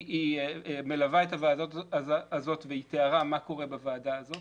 היא מלווה את הוועדה הזאת והיא תיארה מה קורה בוועדה הזאת